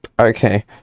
okay